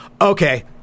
okay